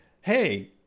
hey